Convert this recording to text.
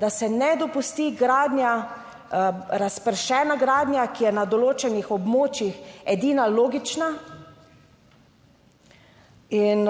da se ne dopusti gradnja, razpršena gradnja, ki je na določenih območjih edina logična in